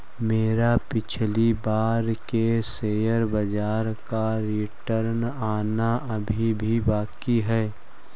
मेरा पिछली बार के शेयर बाजार का रिटर्न आना अभी भी बाकी है